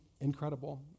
incredible